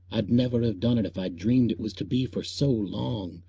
i'd never have done it if i'd dreamed it was to be for so long.